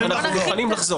אנחנו מוכנים לחזור.